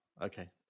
Okay